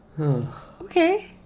Okay